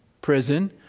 prison